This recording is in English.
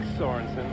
Sorensen